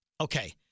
Okay